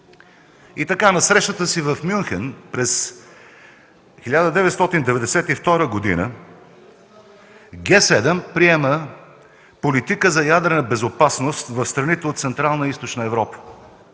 На срещата си в Мюнхен през 1992 г. Г-7 приема политика за ядрената безопасност в страните от Централна и Източна Европа.